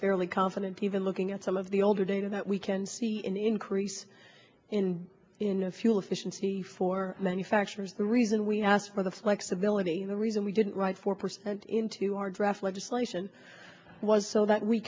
fairly confident even looking at some of the older data that we can see an increase in fuel efficiency for manufacturers the reason we asked for the flexibility and the reason we didn't write four percent into our draft legislation was so that we